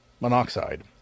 monoxide